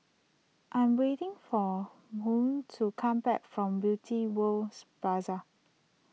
I am waiting for Bynum to come back from Beauty World Plaza